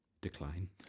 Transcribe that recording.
Decline